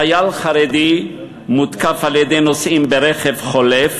חייל חרדי מותקף על-ידי נוסעים ברכב חולף